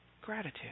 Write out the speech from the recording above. gratitude